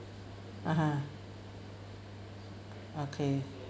(uh huh) okay